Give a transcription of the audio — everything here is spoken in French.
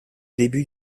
début